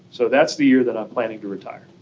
so that's the year that i'm planning to retire.